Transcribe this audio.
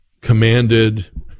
commanded